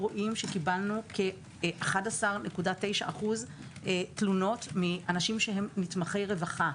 אנחנו רואים שקיבלנו כ-11.9% תלונות מאנשים שהם נתמכי רווחה.